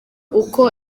uko